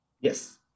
Yes